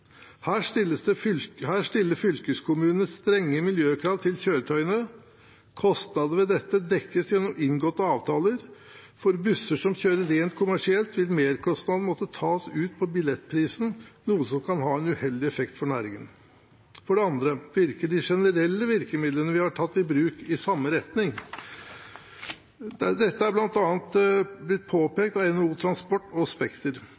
Her stiller fylkeskommunene strenge miljøkrav til kjøretøyene. Kostnadene ved dette dekkes gjennom inngåtte avtaler. For busser som kjører rent kommersielt, vil merkostnaden måtte tas ut på billettprisen, noe som kan ha en uheldig effekt for næringen. For det andre virker de generelle virkemidlene vi har tatt i bruk, i samme retning. Dette er bl.a. blitt påpekt av NHO Transport og Spekter.